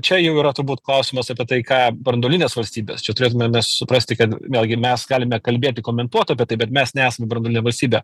čia jau yra turbūt klausimas apie tai ką branduolinės valstybės čia turėtume mes suprasti kad vėlgi mes galime kalbėti komentuot apie tai bet mes nesame branduolinė valstybė